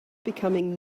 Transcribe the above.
becoming